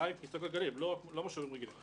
הסעה לכיסאות גלגלים, לא מושבים רגילים.